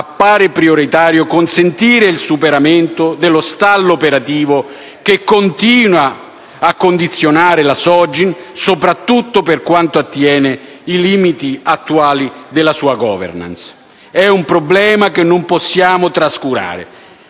appare prioritario consentire il superamento dello stallo operativo che continua a condizionare la Sogin, soprattutto per quanto attiene ai limiti attuali della sua *governance*, che di fatto impongono al Governo una